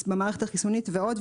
במערכת החיסונית ועוד,